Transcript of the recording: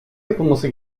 yapılması